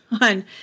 on